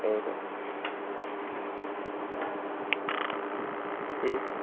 औ सार उम